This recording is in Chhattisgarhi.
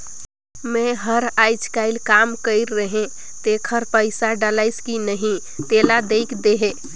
मै हर अईचकायल काम कइर रहें तेकर पइसा डलाईस कि नहीं तेला देख देहे?